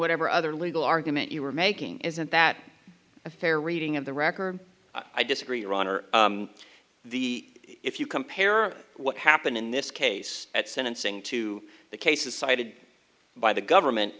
whatever other legal argument you were making isn't that a fair reading of the record i disagree your honor the if you compare what happened in this case at sentencing to the cases cited by the government